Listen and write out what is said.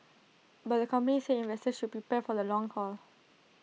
but the company said investors should be prepared for the long haul